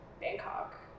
Bangkok